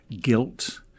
guilt